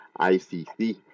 ICC